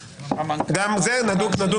גם בזה נדון סעיף-סעיף.